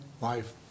life